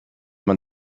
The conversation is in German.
man